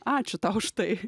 ačiū tau už tai